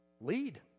lead